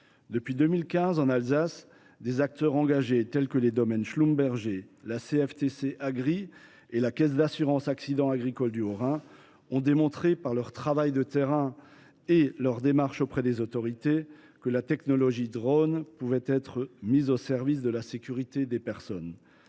Depuis 2015, en Alsace, des acteurs engagés, tels que les Domaines Schlumberger, la CFTC AGRI et la Caisse d’assurance accidents agricoles du Haut Rhin, ont démontré, par leur travail de terrain et leurs démarches auprès des autorités, que la technologie drone pouvait être mise au service de la sécurité des personnes.